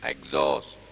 Exhaust